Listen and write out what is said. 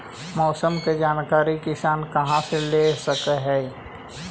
मौसम के जानकारी किसान कहा से ले सकै है?